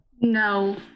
No